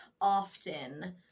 often